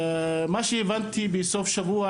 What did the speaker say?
ממה שהבנתי בסוף השבוע,